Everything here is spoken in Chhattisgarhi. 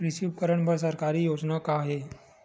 कृषि उपकरण बर सरकारी योजना का का हे?